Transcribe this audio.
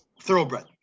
thoroughbred